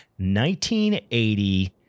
1980